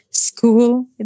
school